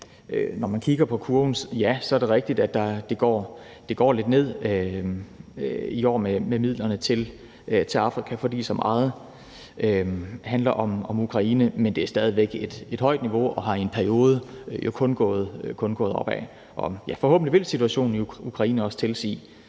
når man kigger på kurven, ja, så er det rigtigt, at det går lidt ned i år med midlerne til Afrika, fordi så meget handler om Ukraine. Men det er stadig væk et højt niveau og er i en periode jo kun gået opad. Og forhåbentlig vil situationen i Ukraine og håndteringen